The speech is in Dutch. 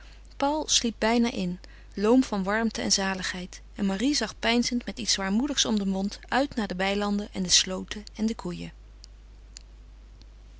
paul sliep bijna in loom van warmte en zaligheid en marie zag peinzend met iets zwaarmoedigs om den mond uit naar de weilanden en de slooten en de koeien